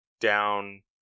down